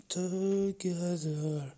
together